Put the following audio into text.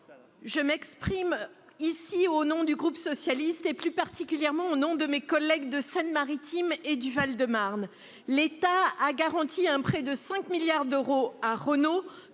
Je m'exprime au nom du groupe socialiste, plus particulièrement au nom de mes collègues de Seine-Maritime et du Val-de-Marne. L'État a garanti un prêt de 5 milliards d'euros à Renault,